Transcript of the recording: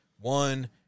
One